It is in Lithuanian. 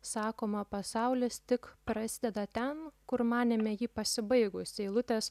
sakoma pasaulis tik prasideda ten kur manėme jį pasibaigus eilutės